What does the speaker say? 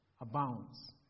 abounds